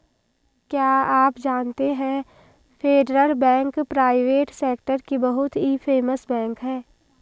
क्या आप जानते है फेडरल बैंक प्राइवेट सेक्टर की बहुत ही फेमस बैंक है?